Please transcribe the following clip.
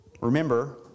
Remember